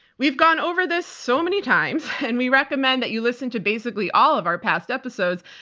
we've gone over this so many times, and we recommend that you listen to basically all of our past episodes,